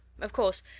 of course,